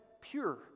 pure